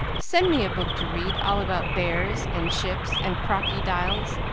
send me a book to read. all about bears and ships and crockydiles.